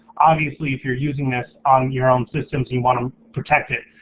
obviously, if you're using this on your own systems, you wanna protect it.